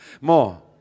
More